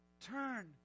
Turn